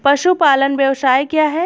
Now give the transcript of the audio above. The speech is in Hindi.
पशुपालन व्यवसाय क्या है?